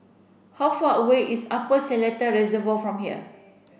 how far away is Upper Seletar Reservoir from here